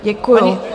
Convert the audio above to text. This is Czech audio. Děkuji.